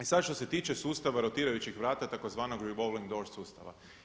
E sada što se tiče sustava rotirajućih vrata, tzv. revolving door sustava.